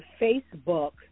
Facebook